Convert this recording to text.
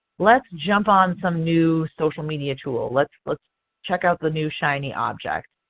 let's jump on some new social media tool. let's let's check out the new shiny objects.